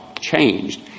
changed